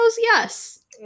Yes